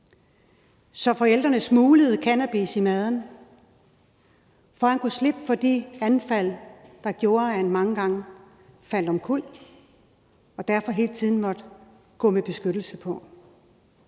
at forældrene smuglede cannabis i maden, for at han kunne slippe for de anfald, der gjorde, at han mange gange faldt omkuld og derfor hele tiden måtte gå med beskyttelsesudstyr